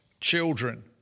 children